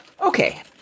Okay